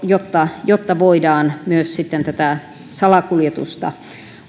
jotta jotta voidaan sitten myös tätä salakuljetusta